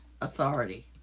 authority